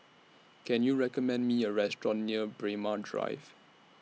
Can YOU recommend Me A Restaurant near Braemar Drive